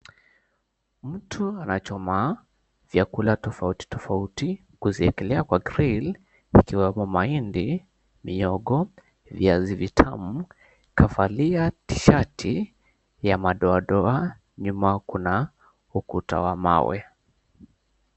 Mtu anachomaa vyakula tofauti tofauti kuziwekelea kwa grill ikiwemo mahindi, mihogo, viazi vitamu. Kavaa tishati ya madoadoa nyuma kuna ukuta wa mawe.